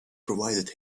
provided